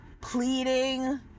pleading